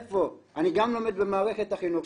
אני גם לומד במערכת החינוך.